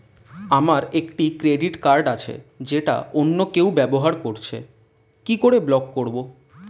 আমার একটি credit card আছে যেটা অন্য কেউ ব্যবহার করছে কি করে ব্লক করবো?